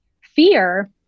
fear